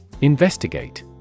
Investigate